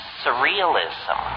surrealism